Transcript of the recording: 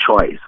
choice